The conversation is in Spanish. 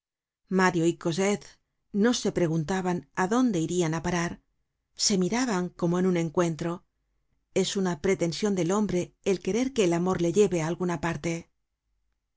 mario y cosette no se preguntaban á dónde irian á parar se miraban como en un encuentro es una pretension del hombre el querer que el amor le lleve á alguna parte